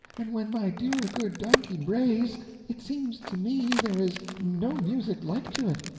and when my dear good donkey brays it seems to me there is no music like to it.